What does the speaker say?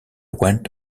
went